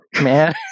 man